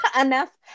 enough